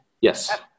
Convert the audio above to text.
yes